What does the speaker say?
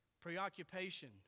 Preoccupation